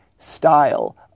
style